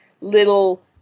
little